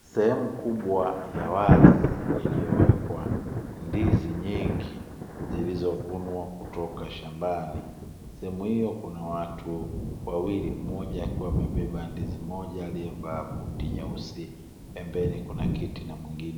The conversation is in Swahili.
Sehemu kubwa ya wazi iliyowekwa ndizi nyingi. Zilizovunwa kutoka shambani , sehemu hiyo Kuna watu wawili, mmoja akiwa amebeba ndizi moja aliyevaa buti nyeusi , pembeni Kuna kiti